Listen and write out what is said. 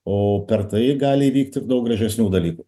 o per tai gali įvykt ir daug gražesnių dalykų